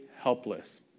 helpless